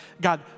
God